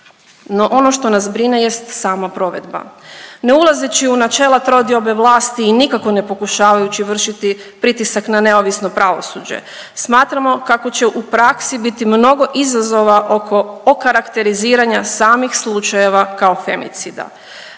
No, ono što nas brine jest sama provedba. Ne ulazeći u načela trodiobe vlasti i nikako ne pokušavajući vršiti pritisak na neovisno pravosuđe, smatramo kako će u praksi biti mnogo izazova oko okarakteriziranja samih slučajeva kao femicida.